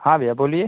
हाँ भैया बोलिए